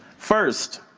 first,